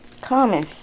Common